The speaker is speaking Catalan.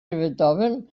beethoven